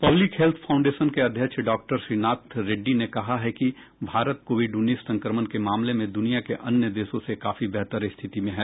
public health foundation के अध्यक्ष doctor K Srinath Reddy ने कहा है कि भारत कोविड उन्नीस संक्रमण के मामले में दुनिया के अन्य देशों से काफी बेहतर स्थिति में है